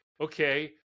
okay